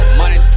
money